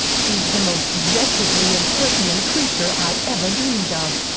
she's the most wretchedly impertinent creature i ever dreamed of.